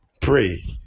pray